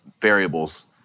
variables